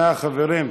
אנא, חברים.